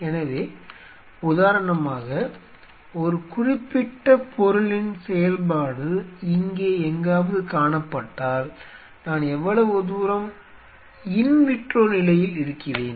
எனவே உதாரணமாக ஒரு குறிப்பிட்ட பொருளின் செயல்பாடு இங்கே எங்காவது காணப்பட்டால் நான் எவ்வளவு தூரம் இன் விட்ரோ நிலையில் இருக்கிறேன்